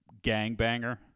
gangbanger